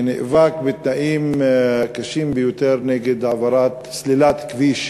שנאבקים בתנאים קשים ביותר נגד סלילת כביש